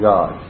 God